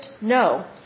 No